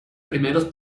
primeros